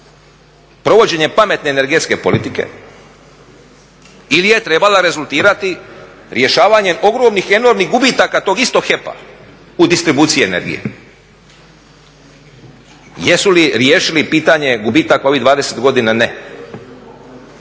provođenje pametne energetske politike ili je trebala rezultirati rješavanjem ogromnih, enormnih gubitaka tog istog HEP-a u distribuciji energije. Jesu li riješili pitanje gubitaka ovih 20 godina? Ne.